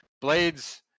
Blades